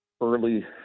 early